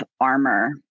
armor